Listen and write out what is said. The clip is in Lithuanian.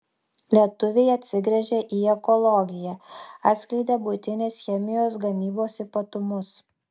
lietuviai atsigręžia į ekologiją atskleidė buitinės chemijos gamybos ypatumus